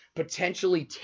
potentially